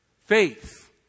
faith